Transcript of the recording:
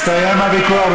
הסתיים הוויכוח.